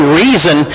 reason